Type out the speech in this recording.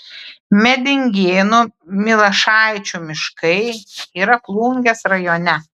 medingėnų milašaičių miškai yra plungės rajone